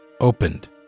opened